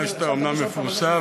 אני יודע שאתה אומנם מפורסם,